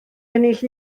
ennill